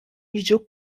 jiġu